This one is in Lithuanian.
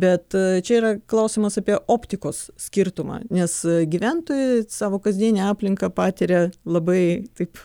bet čia yra klausimas apie optikos skirtumą nes gyventojai savo kasdienę aplinką patiria labai taip